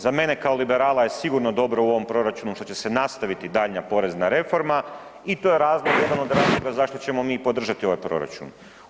Za mene kao liberala je sigurno dobro u ovom proračunu što će se nastaviti daljnja porezna reforma i to je razlog, jedan od razloga, zašto ćemo mi podržati ovaj proračun.